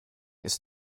ist